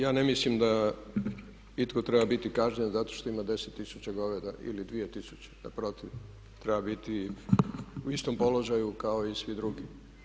Ja ne mislim da itko treba biti kažnjen zato što ima 10 tisuća goveda ili 2 tisuće, naprotiv, treba biti u istom položaju kao i svi drugi.